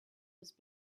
was